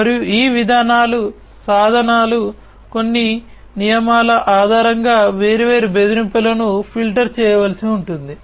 మరియు ఈ విధానాలు సాధనాలు కొన్ని నియమాల ఆధారంగా వేర్వేరు బెదిరింపులను ఫిల్టర్ చేయవలసి ఉంటుంది